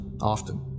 often